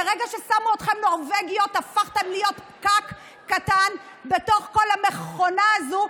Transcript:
מרגע ששמו אתכן נורבגיות הפכתן להיות פקק קטן בתוך כל המכונה הזו,